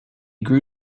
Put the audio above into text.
grew